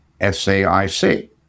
SAIC